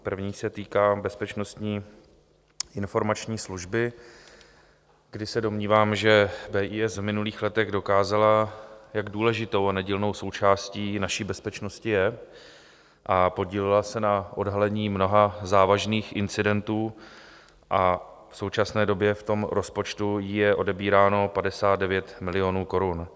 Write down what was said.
První se týká Bezpečnostní informační služby, kdy se domnívám, že BIS v minulých letech dokázala, jak důležitou a nedílnou součástí naší bezpečnosti je, podílela se na odhalení mnoha závažných incidentů a v současné době v rozpočtu je odebíráno 59 milionů korun.